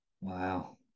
Wow